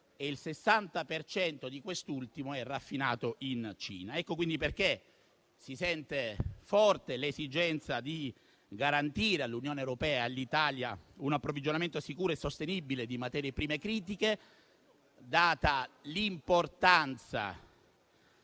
il 60 per cento del quale è raffinato in Cina. È questo il motivo per cui si sente forte l'esigenza di garantire all'Unione europea e all'Italia un approvvigionamento sicuro e sostenibile di materie prime critiche, data l'importanza